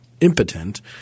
impotent